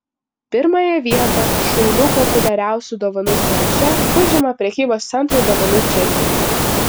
pirmąją vietą šaulių populiariausių dovanų sąraše užima prekybos centrų dovanų čekiai